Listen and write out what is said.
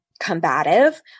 combative